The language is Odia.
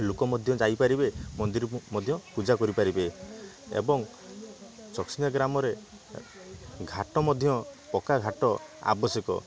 ଲୋକ ମାଧ୍ୟ ଯାଇପାରିବେ ମନ୍ଦିରକୁ ମଧ୍ୟ ପୂଜା କରିପାରିବେ ଏବଂ ଚକସିନ୍ଦିଆ ଗ୍ରାମରେ ଘାଟ ମଧ୍ୟ ପକ୍କା ଘାଟ ଆବଶ୍ୟକ